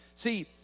See